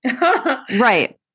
Right